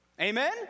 Amen